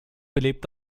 belebt